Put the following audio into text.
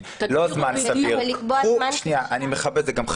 חברים, "זמן סביר" זה מכבסת